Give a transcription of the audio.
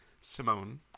Simone